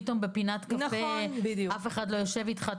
פתאום בפינת קפה אף אחד לא יושב אתך.